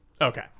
Okay